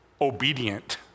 obedient